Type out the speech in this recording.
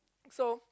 so